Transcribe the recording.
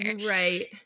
Right